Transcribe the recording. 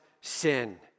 sin